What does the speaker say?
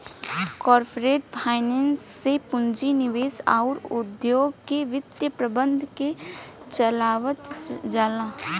corporate finance से पूंजी निवेश अउर उद्योग के वित्त प्रबंधन के चलावल जाला